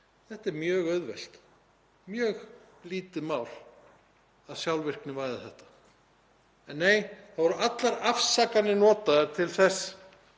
Það er mjög auðvelt, mjög lítið mál að sjálfvirknivæða þetta. En nei, það voru allar afsakanir notaðar til þess